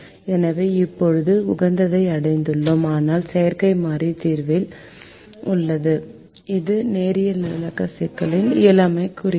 எனவே இப்போது உகந்ததை அடைந்துள்ளோம் ஆனால் செயற்கை மாறி தீர்வில் உள்ளது இது நேரியல் நிரலாக்க சிக்கலின் இயலாமையைக் குறிக்கிறது